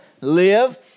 live